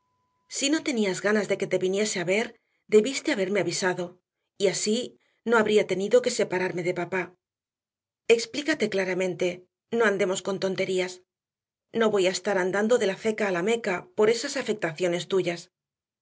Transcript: si no tenías ganas de que te viniese a ver debiste haberme avisado y así no habría tenido que separarme de papá explícate claramente no andemos con tonterías no voy a estar andando de la ceca a la meca por esas afectaciones tuyas